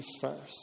first